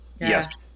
Yes